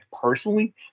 personally